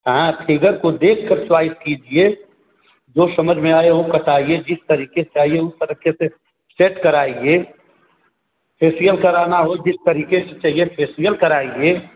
हाँ फिगर को देख कर ट्राई कीजिये जो समझ में आए वो बताइये जिस तरीके से आइये उस तरक्के से चेक कराइये फेसियल कराना हो जिस तरीके से चहिये फेसियल कराइये